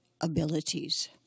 abilities